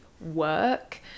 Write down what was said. work